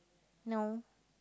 no